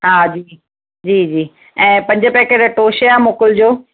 हा जी जी जी जी ऐं पंज पैकेट टोश जा मोकिलिजो